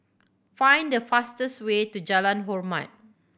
find the fastest way to Jalan Hormat